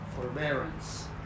forbearance